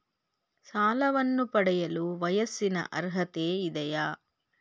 ಸಾಲವನ್ನು ಪಡೆಯಲು ವಯಸ್ಸಿನ ಅರ್ಹತೆ ಇದೆಯಾ?